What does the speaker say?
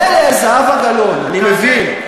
מילא זהבה גלאון, אני מבין.